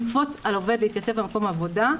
לכפות על עובד להתייצב במקום העבודה,